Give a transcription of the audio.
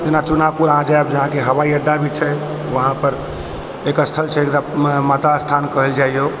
जेना चुनापुर आ जाएब जहाँ के हवाइ अड्डा भी छै उहाॅं पर एक स्थल छै माता स्थान कहल जाइ यऽ